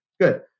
Good